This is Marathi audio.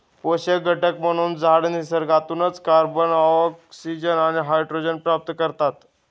पोषक घटक म्हणून झाडं निसर्गातूनच कार्बन, ऑक्सिजन आणि हायड्रोजन प्राप्त करतात